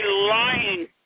lying